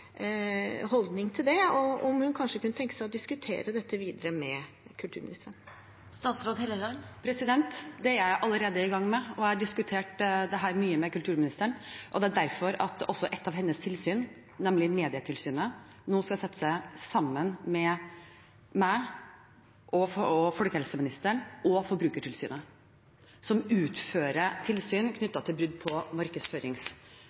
holdning til det – om hun kanskje kunne tenke seg å diskutere dette videre med kulturministeren. Det er jeg allerede i gang med. Jeg har diskutert dette mye med kulturministeren, og det er derfor også et av hennes tilsyn, nemlig Medietilsynet, nå skal sette seg sammen med meg, folkehelseministeren og Forbrukertilsynet, som utfører tilsyn